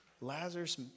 Lazarus